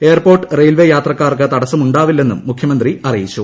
airport railway യാത്രക്കാർക്ക് തടസ്സമുണ്ടാവില്ലെന്നും മുഖ്യമന്ത്രി പറഞ്ഞു